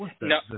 No